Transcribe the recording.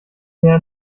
mehr